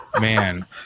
Man